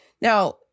Now